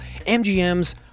MGM's